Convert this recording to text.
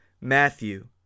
Matthew